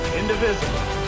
indivisible